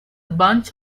bunch